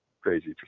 crazy